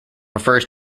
refers